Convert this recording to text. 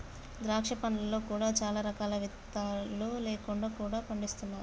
ద్రాక్ష పండ్లలో కూడా చాలా రకాలు విత్తులు లేకుండా కూడా పండిస్తున్నారు